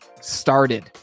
started